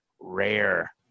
rare